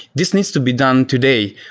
this needs to be done today.